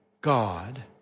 God